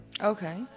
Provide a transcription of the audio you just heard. Okay